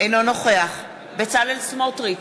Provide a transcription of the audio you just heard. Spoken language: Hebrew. אינו נוכח בצלאל סמוטריץ,